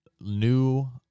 new